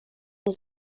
nie